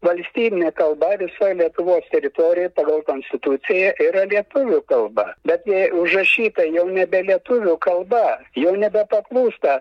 valstybinė kalba visoj lietuvos teritorijoj pagal konstituciją yra lietuvių kalba bet užrašyta jau nebe lietuvių kalba jau nebepaklūsta